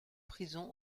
prison